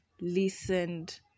listened